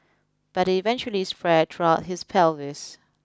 but it eventually spread throughout his pelvis